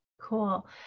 Cool